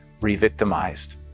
re-victimized